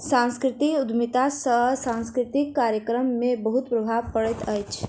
सांस्कृतिक उद्यमिता सॅ सांस्कृतिक कार्यक्रम में बहुत प्रभाव पड़ैत अछि